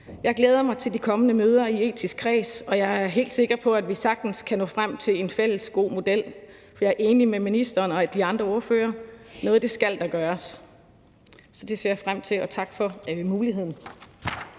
Jeg glæder mig til de kommende møder i den etiske kreds, og jeg er helt sikker på, at vi sagtens kan nå frem til en god fælles model, for jeg er enig med ministeren og de andre ordførere i, at noget skal der gøres. Så det ser jeg frem til – og tak for muligheden.